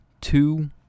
Two